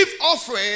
offering